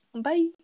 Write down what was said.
bye